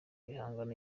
bihangano